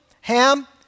Ham